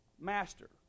Master